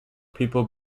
people